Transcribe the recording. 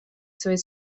своей